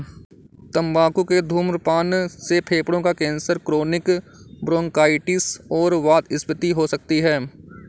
तंबाकू के धूम्रपान से फेफड़ों का कैंसर, क्रोनिक ब्रोंकाइटिस और वातस्फीति हो सकती है